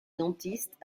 dentiste